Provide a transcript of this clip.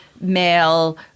male